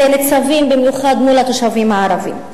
וניצבות במיוחד מול התושבים הערבים.